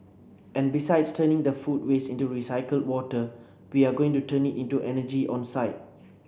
and besides turning the food waste into recycled water we are going to turn it into energy on site